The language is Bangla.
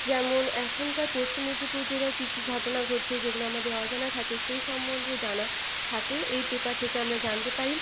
যেমন এখনকার পশ্চিম মেদিনীপুর জেলায় কী কী ঘটনা ঘটছে যেগুলো আমাদের অজানা থাকে সেই সম্বন্ধে জানা থাকে এই পেপার থেকে আমরা জানতে পারি